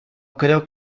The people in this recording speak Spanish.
creo